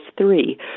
three